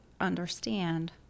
understand